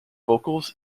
vocals